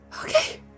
Okay